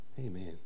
Amen